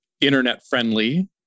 internet-friendly